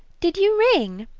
did you ring?